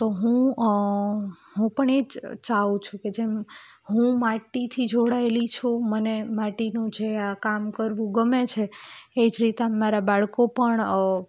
તો હું હું પણ એ જ ચાહું છું કે જેમ હું માટીથી જોડાયેલી છું મને માટીનું જે આ કામ કરવું ગમે છે એ જ રીતે અમારા બાળકો પણ